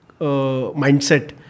mindset